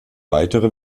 weitere